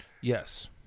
Yes